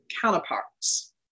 counterparts